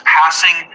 passing